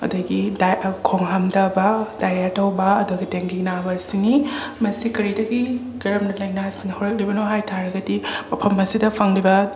ꯑꯗꯒꯤ ꯗꯥꯏ ꯈꯣꯡ ꯍꯝꯗꯕ ꯗꯥꯏꯔꯤꯌꯥ ꯇꯧꯕ ꯑꯗꯨꯒ ꯗꯦꯡꯒꯤ ꯅꯥꯕꯁꯤꯅꯤ ꯃꯁꯤ ꯀꯔꯤꯗꯒꯤ ꯀꯔꯝꯅ ꯂꯩꯅꯁꯤꯡ ꯍꯧꯔꯛꯂꯤꯕꯅꯣ ꯍꯥꯏꯇꯔꯒꯗ ꯃꯐꯝ ꯑꯁꯤꯗ ꯐꯪꯂꯤꯕ